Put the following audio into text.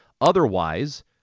Otherwise